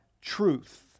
truth